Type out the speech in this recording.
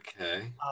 Okay